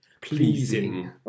pleasing